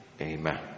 Amen